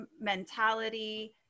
mentality